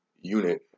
unit